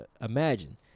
imagine